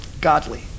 godly